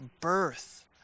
birth